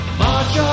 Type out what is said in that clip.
march